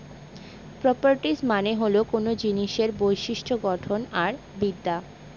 properties মানে হল কোনো জিনিসের বিশিষ্ট্য গঠন আর বিদ্যা